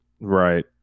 Right